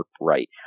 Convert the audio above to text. right